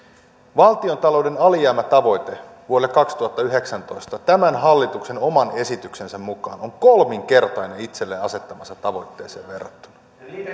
valtiontalouden alijäämätavoite vuodelle kaksituhattayhdeksäntoista tämän hallituksen oman esityksensä mukaan on kolminkertainen itselle asettamaansa tavoitteeseen verrattuna